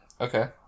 Okay